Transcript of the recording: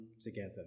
together